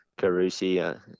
carusi